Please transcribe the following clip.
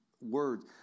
words